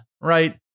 right